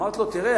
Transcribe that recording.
אמרתי לו: תראה,